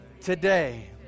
today